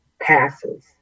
passes